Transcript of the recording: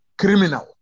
Criminal